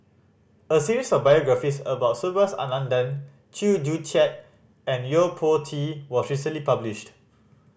a series of biographies about Subhas Anandan Chew Joo Chiat and Yo Po Tee was recently published